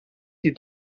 die